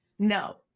No